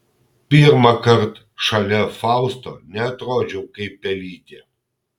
pirmąkart šalia fausto neatrodžiau kaip pelytė